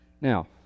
Now